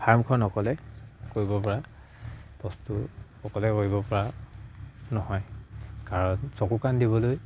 ফাৰ্মখন অকলে কৰিব পৰা বস্তু অকলে কৰিব পৰা নহয় কাৰণ চকু কাণ দিবলৈ